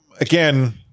Again